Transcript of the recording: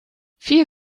vier